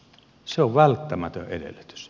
se on välttämätön edellytys